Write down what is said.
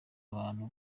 abantu